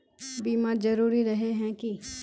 बीमा जरूरी रहे है की?